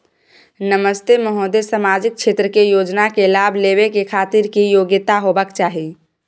नमस्ते महोदय, सामाजिक क्षेत्र के योजना के लाभ लेबै के खातिर की योग्यता होबाक चाही?